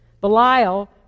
Belial